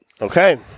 Okay